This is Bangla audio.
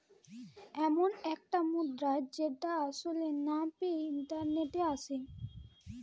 এমন একটি মুদ্রা যেটা আসলে না পেয়ে ইন্টারনেটে আসে